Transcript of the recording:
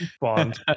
bond